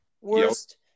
Worst